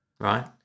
Right